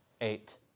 eight